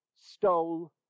stole